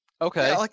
Okay